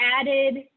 added